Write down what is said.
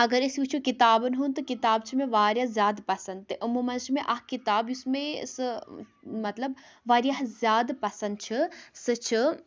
اگر أسۍ وٕچھو کِتابَن ہُنٛد تہٕ کِتاب چھِ مےٚ واریاہ زیادٕ پَسنٛد تہٕ یِمو منٛز چھِ مےٚ اَکھ کِتاب یُس مے سُہ مطلب واریاہ زیادٕ پَسَنٛد چھِ سُہ چھِ